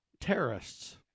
Terrorists